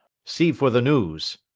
see for the news.